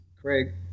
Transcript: Craig